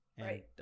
right